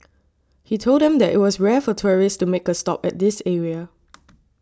he told them that it was rare for tourists to make a stop at this area